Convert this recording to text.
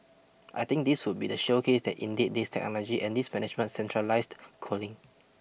I think this would be the showcase that indeed this technology and this management centralised cooling